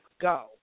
go